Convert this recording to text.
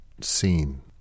seen